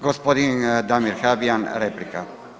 Gospodin Damir Habijan, replika.